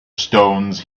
stones